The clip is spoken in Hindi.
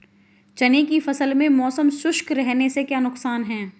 चने की फसल में मौसम शुष्क रहने से क्या नुकसान है?